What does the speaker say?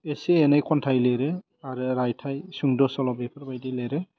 एसे एनै खन्थाइ लिरो आरो रायथाइ सुंद' सल' बेफोरबायदि लिरो